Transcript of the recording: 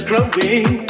Growing